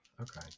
Okay